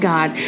God